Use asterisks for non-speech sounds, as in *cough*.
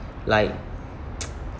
like *noise*